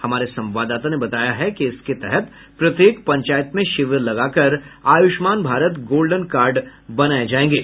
हमारे संवाददाता ने बताया है कि इसके तहत प्रत्येक पंचायत में शिविर लगाकर आयुष्मान भारत गोल्डेन कार्ड बनाये जायेंगे